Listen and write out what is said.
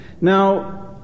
Now